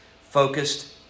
focused